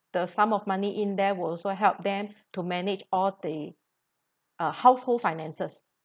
the sum of money in there will also help them to manage all the uh household finances